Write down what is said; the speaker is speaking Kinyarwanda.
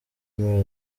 email